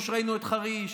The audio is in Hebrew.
כמו שראינו את חריש,